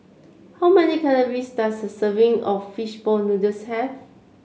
how many calories does a serving of fish ball noodles have